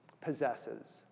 possesses